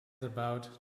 about